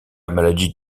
maladie